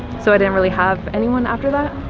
so, i didn't really have anyone after that.